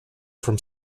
from